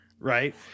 Right